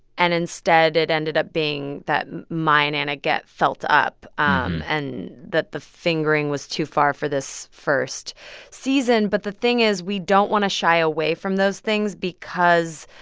and instead, it ended up being that maya and anna get felt up um and that the fingering was too far for this first season. but the thing is we don't want to shy away from those things because